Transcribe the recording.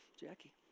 Jackie